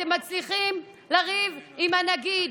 אתם מצליחים לריב עם הנגיד.